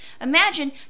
imagine